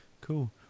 cool